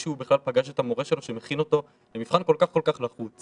שהוא בכלל פגש את המורה שלו שמכין אותו למבחן כל כך כל כך לחוץ.